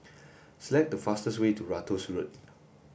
select the fastest way to Ratus Road